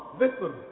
Listen